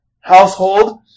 household